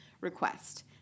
request